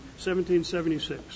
1776